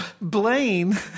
Blaine